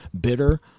bitter